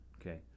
okay